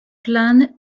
plan